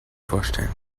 vorstellen